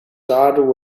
dod